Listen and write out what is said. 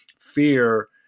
fear